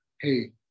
Hey